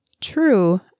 True